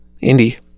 Indy